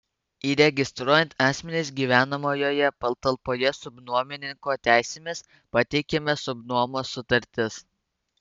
įregistruojant asmenis gyvenamojoje patalpoje subnuomininko teisėmis pateikiama subnuomos sutartis